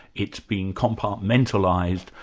it's been compartmentalised,